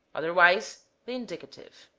otherwise the indicative